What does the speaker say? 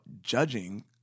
judging